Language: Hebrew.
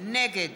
נגד